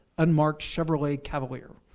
unmarked chevrolet cavalier.